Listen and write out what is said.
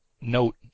note